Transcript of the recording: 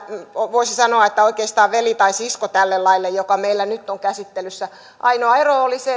voisi sanoa että oikeastaan veli tai sisko tälle laille joka meillä nyt on käsittelyssä ainoa ero on se